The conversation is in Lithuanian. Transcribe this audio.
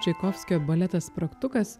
čaikovskio baletas spragtukas